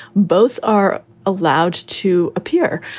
both are allowed to appear.